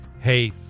Hey